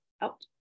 out